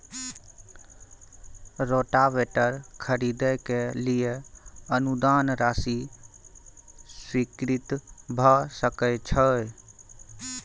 Rotavator खरीदे के लिए अनुदान राशि स्वीकृत भ सकय छैय?